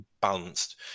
balanced